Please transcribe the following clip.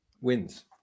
wins